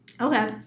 okay